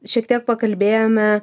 šiek tiek pakalbėjome